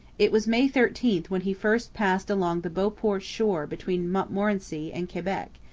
it was may thirteen when he first passed along the beauport shore between montmorency and quebec.